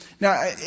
Now